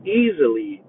easily